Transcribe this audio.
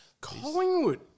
Collingwood